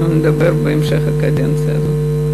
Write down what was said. אנחנו נדבר בהמשך הקדנציה הזו.